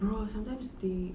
bro sometimes they